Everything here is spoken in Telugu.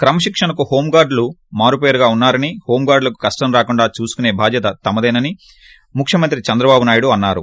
క్రమశిక్షణకు హోంగార్లుల మారుపేరుగా ఉన్నా రని హోంగార్లులకు కష్షం రాకుండా చూసుకుసే బాధ్యత తనదేనని ముఖ్యమంత్రి చంద్రబాబు నాయుడు అన్నారు